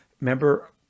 remember